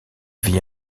vit